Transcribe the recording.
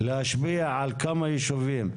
גרסה אחרת כמובן.